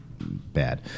bad